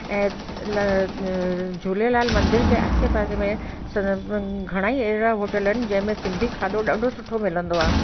ऐं झूलेलाल मंदर जे आसे पासे में सभु घणा ई अहिड़ा होटल आहिनि जंहिंमें सिंधी खाधो ॾाढो सुठो मिलंदो आहे